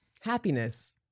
happiness